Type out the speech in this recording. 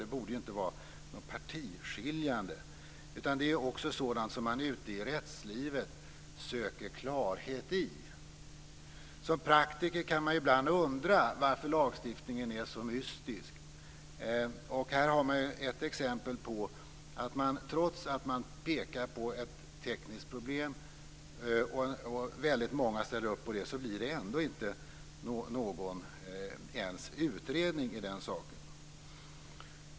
Den borde inte vara partiskiljande. Detta är sådant som man ute i rättslivet söker klarhet i. Som praktiker kan man ibland undra varför lagstiftningen är så mystisk. Trots att det enligt väldigt många föreligger ett tekniskt problem, blir det inte ens någon utredning av den saken.